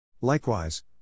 Likewise